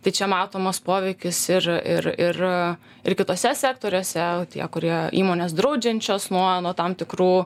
tai čia matomas poveikis ir ir ir ir kituose sektoriuose tie kurie įmonės draudžiančios nuo nuo tam tikrų